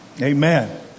Amen